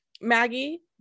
Maggie